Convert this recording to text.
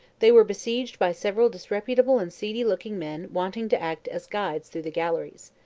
they were besieged by several disreputable and seedy-looking men wanting to act as guides through the galleries.